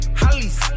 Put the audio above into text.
hollies